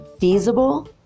feasible